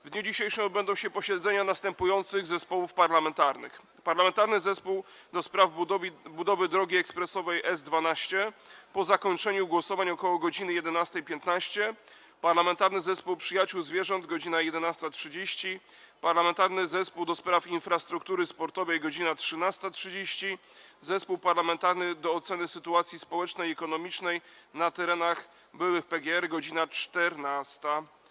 W dniu dzisiejszym odbędą się posiedzenia następujących zespołów parlamentarnych: - Parlamentarnego Zespołu ds. budowy drogi ekspresowej S-12 - po zakończeniu głosowań, ok. godz. 11.15, - Parlamentarnego Zespołu Przyjaciół Zwierząt - godz. 11.30, - Parlamentarnego Zespołu ds. Infrastruktury Sportowej - godz. 13.30, - Zespołu Parlamentarnego do Oceny Sytuacji Społecznej i Ekonomicznej na Terenach b. PGR - godz. 14.